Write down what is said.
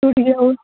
ٹوٹ گیا ہو